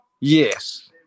Yes